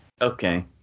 Okay